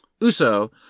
Uso